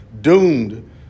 doomed